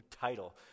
title